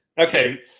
Okay